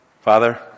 Father